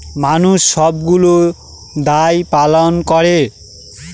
মানুষ সবগুলো দায় পালন করে